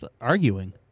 arguing